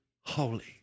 holy